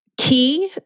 key